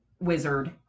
wizard